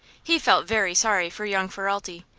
he felt very sorry for young ferralti,